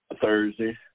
Thursday